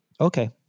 okay